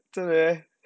真的 meh